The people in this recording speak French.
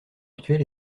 actuel